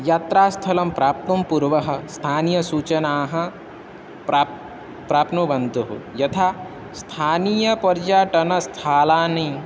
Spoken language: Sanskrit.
यात्रास्थलं प्राप्तेः पूर्वं स्थानीयसूचनाः प्राप् प्राप्नुवन्ताः यथा स्थानीयपर्यटनस्थलानि